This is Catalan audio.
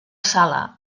sala